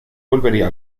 volvería